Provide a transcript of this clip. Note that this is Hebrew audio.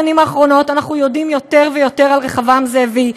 בשנים האחרונות אנחנו יודעים יותר ויותר על רחבעם זאבי,